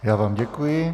Já vám děkuji.